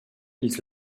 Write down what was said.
ils